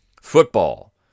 Football